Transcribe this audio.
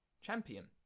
champion